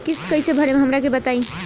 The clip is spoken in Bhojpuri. किस्त कइसे भरेम हमरा के बताई?